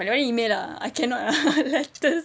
but that one email lah I cannot ah letters